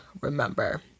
remember